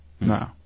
No